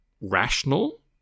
rational